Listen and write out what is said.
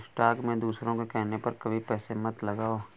stock में दूसरों के कहने पर कभी पैसे मत लगाओ